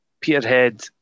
Peterhead